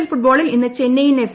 L ഫുട്ബോളിൽ ഇന്ന് Chennai F